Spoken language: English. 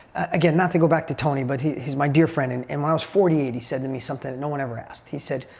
again, not to go back to tony but he's my dear friend and and when i was forty eight he said to me something that no one ever asked. he said,